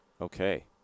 okay